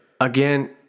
Again